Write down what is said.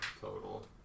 total